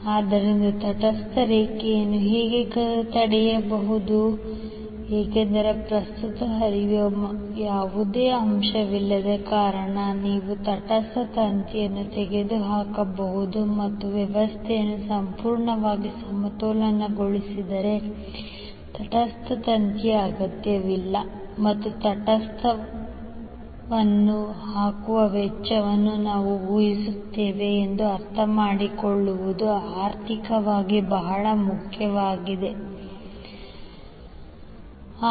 ಆದ್ದರಿಂದ ತಟಸ್ಥ ರೇಖೆಯನ್ನು ಹೀಗೆ ತೆಗೆದುಹಾಕಬಹುದು ಏಕೆಂದರೆ ಪ್ರಸ್ತುತ ಹರಿಯುವ ಯಾವುದೇ ಅಂಶವಿಲ್ಲದ ಕಾರಣ ನೀವು ತಟಸ್ಥ ತಂತಿಯನ್ನು ತೆಗೆದುಹಾಕಬಹುದು ಮತ್ತು ವ್ಯವಸ್ಥೆಯನ್ನು ಸಂಪೂರ್ಣವಾಗಿ ಸಮತೋಲನಗೊಳಿಸಿದರೆ ತಟಸ್ಥ ತಂತಿಯ ಅಗತ್ಯವಿಲ್ಲ ಮತ್ತು ತಟಸ್ಥವನ್ನು ಹಾಕುವ ವೆಚ್ಚವನ್ನು ನಾವು ಉಳಿಸುತ್ತೇವೆ ಎಂದು ಅರ್ಥಮಾಡಿಕೊಳ್ಳುವುದು ಆರ್ಥಿಕವಾಗಿ ಬಹಳ ಮುಖ್ಯವಾಗಿದೆ ಮೂಲದಿಂದ ಲೋಡ್ಗೆ ತಂತಿ